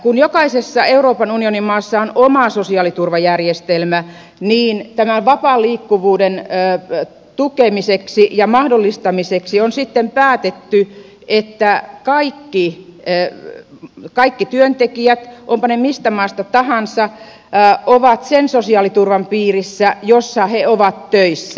kun jokaisessa euroopan unionin maassa on oma sosiaaliturvajärjestelmä niin tämän vapaan liikkuvuuden tukemiseksi ja mahdollistamiseksi on sitten päätetty että kaikki työntekijät ovatpa he mistä maasta tahansa ovat sen sosiaaliturvan piirissä missä he ovat töissä